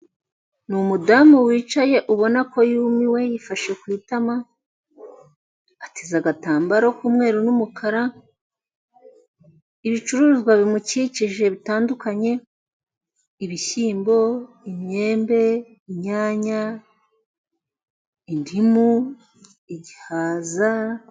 Umudamu wicaye ubona ko yumiwe yifashe ku itama, ateze agatambaro k'umweru n'umukara, ibicuruzwa bimukikije bitandukanye, ibishyimbo, imyembe, inyanya, indimu, igihaza;